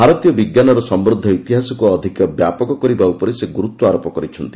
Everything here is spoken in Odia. ଭାରତୀୟ ବିଜ୍ଞାନର ସମୃଦ୍ଧ ଇତିହାସକୁ ଅଧିକ ବ୍ୟାପକ କରିବା ଉପରେ ସେ ଗୁରୁତ୍ୱାରୋପ କରିଛନ୍ତି